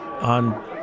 On